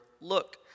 Look